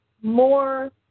more